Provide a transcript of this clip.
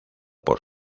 por